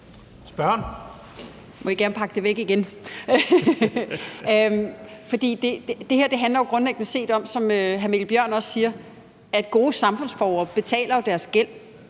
(DF): I må gerne pakke det væk igen. For det her handler grundlæggende om, som hr. Mikkel Bjørn også siger, at gode samfundsborgere jo betaler deres gæld.